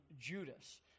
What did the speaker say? Judas